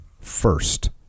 first